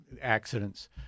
accidents